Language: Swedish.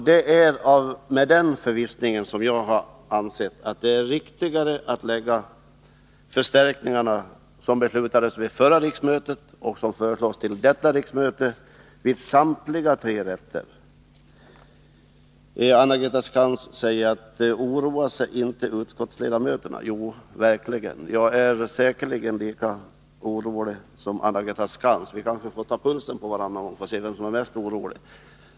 Det är i den förvissningen som jag har ansett att det är riktigare att förlägga de förstärkningar som beslutades vid förra riksmötet och de som nu föreslås till samtliga tre försäkringsrätter. Anna-Greta Skantz frågar: Oroar sig inte utskottsledamöterna? Jo, verkligen! Jag är säkerligen lika orolig som Anna-Greta Skantz. Vi kanske skall ta pulsen på varandra och se vem som är mest orolig.